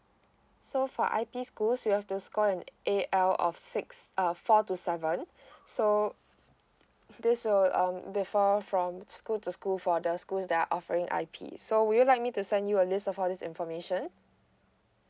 so for I P schools you have to score an A L of six uh four to seven so this will um differ from school to school for the schools that are offering I P so would you like me to send you a list of all this information